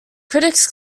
critics